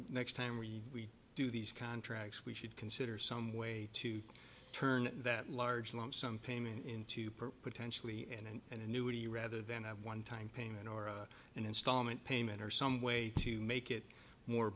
next time we do these contracts we should consider some way to turn that large lump sum payment into part potentially in an annuity rather than one time payment or an installment payment or some way to make it more